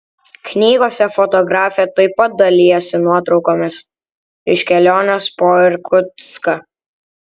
knygose fotografė taip pat dalijasi nuotraukomis iš kelionės po irkutską